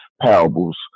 parables